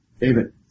David